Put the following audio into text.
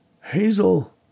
Hazel